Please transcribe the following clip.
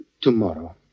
Tomorrow